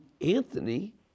Anthony